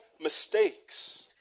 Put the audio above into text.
mistakes